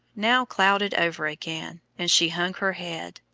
now clouded over again, and she hung her head.